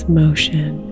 motion